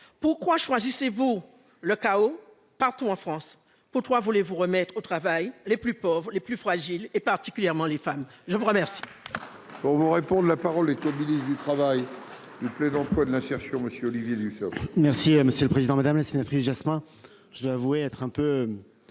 Pourquoi choisissez-vous le chaos partout en France ? Pourquoi voulez-vous remettre au travail les plus pauvres, les plus fragiles et particulièrement les femmes ? La parole